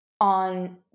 on